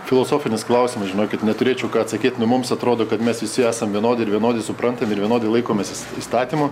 filosofinis klausimas žinokit neturėčiau ką atsakyt nu mums atrodo kad mes visi esam vienodi ir vienodai suprantam ir vienodai laikomės įstatymų